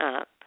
up